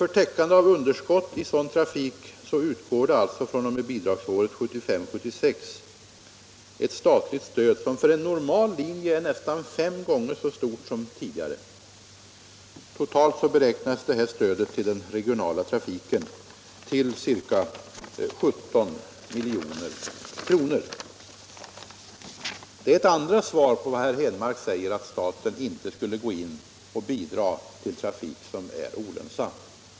För täckande av underskott i sådan I trafik utgår från bidragsåret 1975/76 ett statligt stöd som för en normal Om SJ:s busslinjelinje är nästan fem gånger så stort som tidigare. Totalt beräknas detta = trafik stöd till den regionala trafiken uppgå till ca 17 milj.kr. Det är ett andra svar på vad herr Henmark sade om att staten inte skulle bidra till trafik som är olönsam.